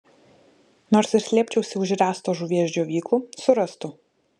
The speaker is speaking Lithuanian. nors ir slėpčiausi už ręsto žuvies džiovyklų surastų